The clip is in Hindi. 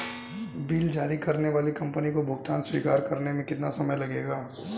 बिल जारी करने वाली कंपनी को भुगतान स्वीकार करने में कितना समय लगेगा?